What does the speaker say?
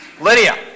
Lydia